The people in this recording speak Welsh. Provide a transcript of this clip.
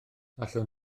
allwn